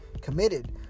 committed